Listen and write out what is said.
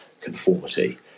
conformity